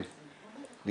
כי